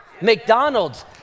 McDonald's